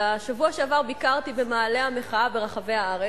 בשבוע שעבר ביקרתי במאהלי המחאה ברחבי הארץ.